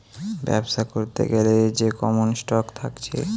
বেবসা করতে গ্যালে যে কমন স্টক থাকছে